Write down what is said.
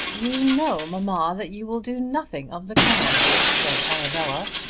you know, mamma, that you will do nothing of the kind, said arabella.